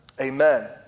Amen